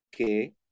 okay